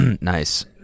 nice